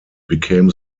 became